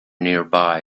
nearby